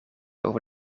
over